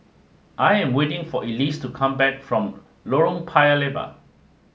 I am waiting for Elyse to come back from Lorong Paya Lebar